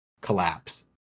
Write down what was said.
collapse